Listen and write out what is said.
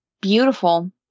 Beautiful